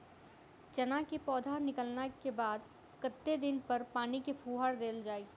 चना केँ पौधा निकलला केँ बाद कत्ते दिन पर पानि केँ फुहार देल जाएँ?